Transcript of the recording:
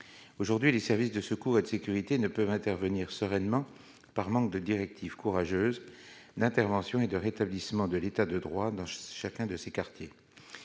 aujourd'hui les services de secours et de sécurité ne peuvent intervenir sereinement par manque de directives courageuse d'intervention et de rétablissement de l'État de droit, dans chacun de ces quartiers,